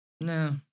no